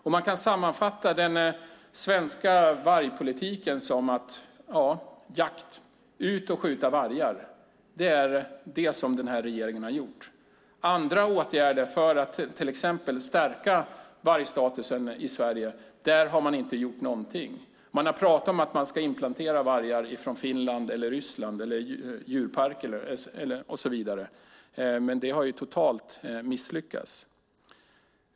Jag kan sammanfatta den svenska vargpolitiken som att jakt, ut och skjuta vargar, är det som den här regeringen har åstadkommit. När det gäller andra åtgärder för att till exempel stärka vargstatusen i Sverige har man inte gjort någonting. Man har pratat om att man ska inplantera vargar från Finland eller Ryssland i djurparker och så vidare, men det har ju totalt misslyckats.